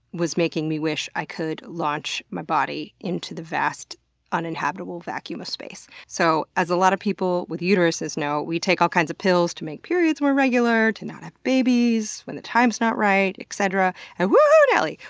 was making me wish i could launch my body into the vast uninhabitable vacuum of space. so, as a lot of people with uteruses know, we take all kinds of pills to make periods more regular, to not have babies when the time's not right, etc, and whoooo nelly!